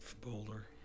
Boulder